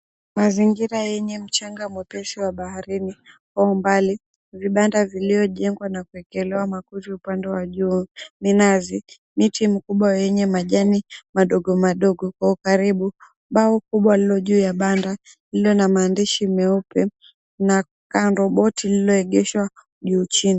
Mazingira yenye mchanga mwepesi wa baharini, kwa umbali vibanda vilivyojengwa na kuwekelewa makuti upande wa juu, minazi, miti mkubwa yenye majani madogo madogo, kwa ukaribu bao kubwa lililo juu ya banda lililo na maandishi meupe na kando boti lililoegeshwa juu chini.